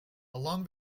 along